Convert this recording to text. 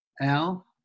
Al